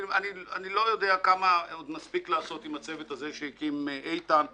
אני לא יודע כמה עוד נספיק לעשות עם הצוות הזה שהקים איתן כבל.